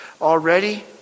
already